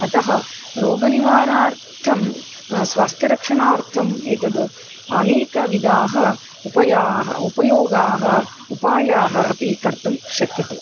अतः रोगनिवारणार्थं स्वास्थ्यरक्षणार्थम् एतद् अनेकविधाः उपयाः उपयाः उपायाः अपि कर्तुं शक्यन्ते